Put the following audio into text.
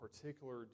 particular